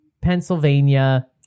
Pennsylvania